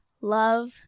love